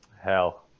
Hell